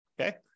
Okay